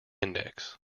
index